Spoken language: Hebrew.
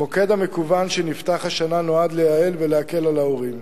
המוקד המקוון שנפתח השנה נועד לייעל ולהקל על ההורים.